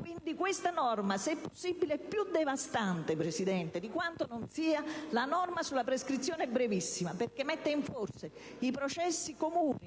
Quindi, questa norma, se possibile, è più devastante di quanto non sia la norma sulla prescrizione brevissima, perché mette in forse i processi comuni